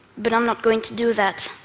but i'm not going to do that.